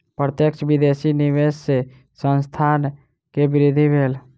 प्रत्यक्ष विदेशी निवेश सॅ संस्थान के वृद्धि भेल